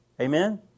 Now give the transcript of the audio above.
amen